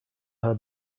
her